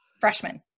freshman